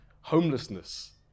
Homelessness